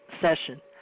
session